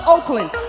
Oakland